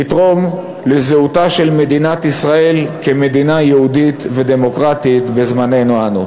נתרום לזהותה של מדינת ישראל כמדינה יהודית ודמוקרטית בזמננו אנו.